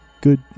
good